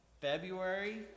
February